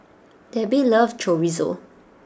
Debbie loves Chorizo